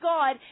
God